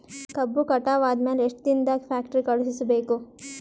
ಕಬ್ಬು ಕಟಾವ ಆದ ಮ್ಯಾಲೆ ಎಷ್ಟು ದಿನದಾಗ ಫ್ಯಾಕ್ಟರಿ ಕಳುಹಿಸಬೇಕು?